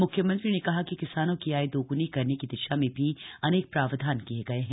मुख्यमंत्री ने कहा कि किसानों की आय दोग्नी करने की दिशा में भी अनेक प्रावधान किए गए हैं